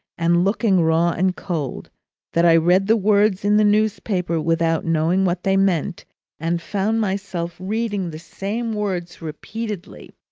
and looking raw and cold that i read the words in the newspaper without knowing what they meant and found myself reading the same words repeatedly.